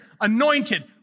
anointed